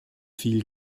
viel